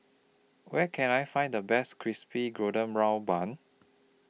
Where Can I Find The Best Crispy Golden Brown Bun